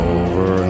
over